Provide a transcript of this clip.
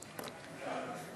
אינה נוכחת.